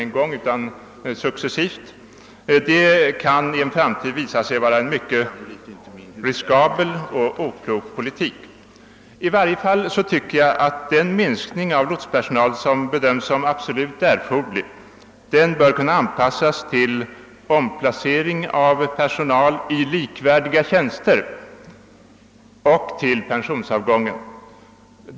är det de successiva avskedandena som utgör den smidiga anpassningen? Jag tycker att den minskning av lotspersonalen som bedöms som absolut erforderlig bör kunna genomföras i form av omplacering av personalen till likvärdiga tjänster och i takt med pensionsavgångar.